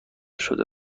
شده